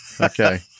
Okay